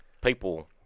people